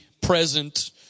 present